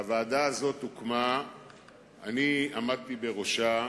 הוועדה הזאת הוקמה ואני עמדתי בראשה,